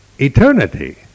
Eternity